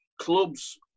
clubs